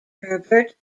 herbert